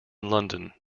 london